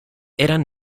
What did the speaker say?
eran